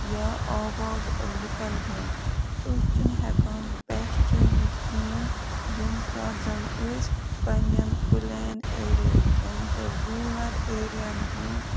یا آواز لُکَن ہٕنٛز أسۍ چھِنہٕ ہٮ۪کان پہچٲنِتھ کِہیٖنٛۍ ییٚمہِ ساتہٕ زَن أسۍ پنٕنٮ۪ن پُلین ایریِہٕکۍ یعنی کہِ روٗلَر ایریاہَن ہٕنٛز